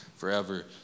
forever